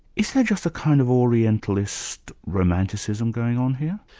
is there just a kind of orientalist romanticism going on here?